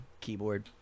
keyboard